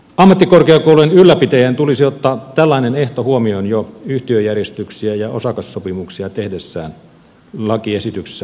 ammattikorkeakoulujen ylläpitäjien tulisi ottaa tällainen ehto huomioon jo yhtiöjärjestyksiä ja osakassopimuksia tehdessään lakiesityksessä huomautetaan